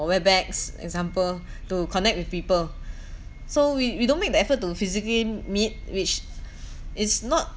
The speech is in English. webex example to connect with people so we we don't make the effort to physically meet which is not